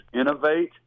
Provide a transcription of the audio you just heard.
innovate